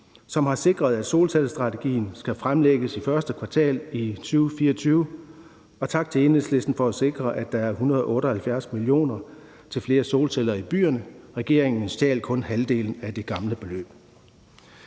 som har sikret, at solcellestrategien skal fremlægges i første kvartal af 2024, og tak til Enhedslisten for at sikre, at der er 178 mio. kr. til flere solceller i byerne. Regeringen stjal kun halvdelen af det gamle beløb.